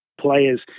players